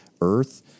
earth